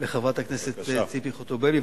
לחברת הכנסת ציפי חוטובלי,